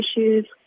issues